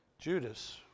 Judas